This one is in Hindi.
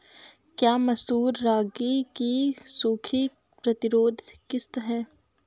क्या मसूर रागी की सूखा प्रतिरोध किश्त है?